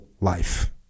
life